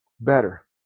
better